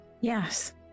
Yes